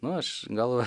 nu aš galvą